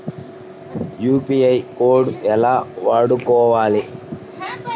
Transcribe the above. UPI code ఎలా వాడుకోవాలి?